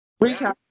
Recap